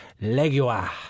Legua